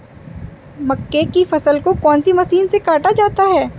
मक्के की फसल को कौन सी मशीन से काटा जाता है?